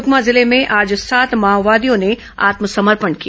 सुकमा जिले में आज सात माओवादियों ने आत्मसमर्पण किया